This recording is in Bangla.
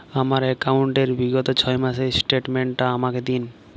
আমার অ্যাকাউন্ট র বিগত ছয় মাসের স্টেটমেন্ট টা আমাকে দিন?